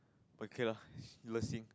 okay lah Le Xing